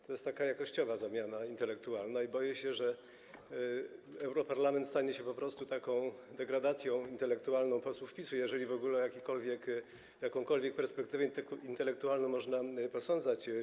To jest taka jakościowa zamiana intelektualna i boję się, że europarlament stanie się po prostu taką degradacją intelektualną posłów PiS-u, jeżeli w ogóle o jakąkolwiek perspektywę intelektualną można państwa posądzać.